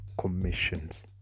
commissions